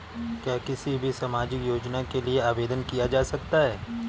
क्या किसी भी सामाजिक योजना के लिए आवेदन किया जा सकता है?